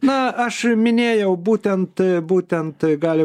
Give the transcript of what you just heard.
na aš minėjau būtent būtent gali